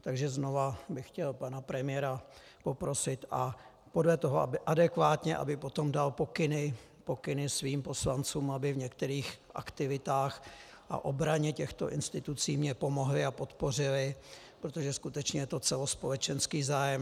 Takže znovu bych chtěl pana premiéra poprosit a podle toho, aby adekvátně dal pokyny svým poslancům, aby v některých aktivitách a obraně těchto institucí mi pomohli a mě podpořili, protože to je skutečně celospolečenský zájem.